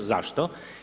Zašto?